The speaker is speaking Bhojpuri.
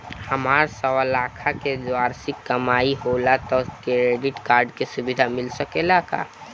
हमार सवालाख के वार्षिक कमाई होला त क्रेडिट कार्ड के सुविधा मिल सकेला का?